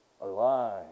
alive